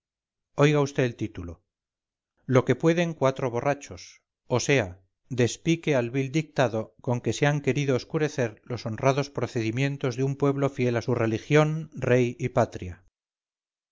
oiga vd el título lo que pueden cuatro borrachos o sea despique al vil dictado con que se han querido oscurecer los honrados procedimientos de un pueblo fiel a su religión rey y patria